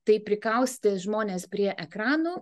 taip prikaustė žmones prie ekranų